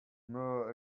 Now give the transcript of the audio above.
more